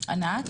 ענת